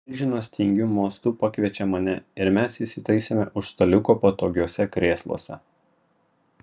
milžinas tingiu mostu pakviečia mane ir mes įsitaisome už staliuko patogiuose krėsluose